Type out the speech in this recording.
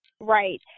Right